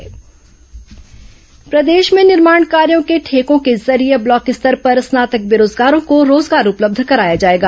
बेरोजगार ठेका प्रदेश में निर्माण कार्यों के ठेकों के जरिये अब ब्लॉक स्तर पर स्नातक बेरोजगारों को रोजगार उपलब्ध कराया जाएगा